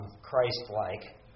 Christ-like